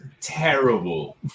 terrible